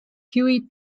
huey